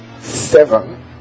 seven